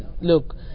look